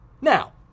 Now